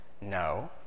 No